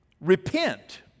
repent